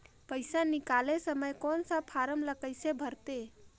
पइसा निकाले समय कौन सा फारम ला कइसे भरते?